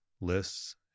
lists